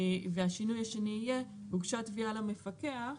והשינוי השני יהיה: הוגשה תביעה למפקח,